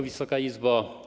Wysoka Izbo!